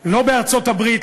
לא בארצות-הברית,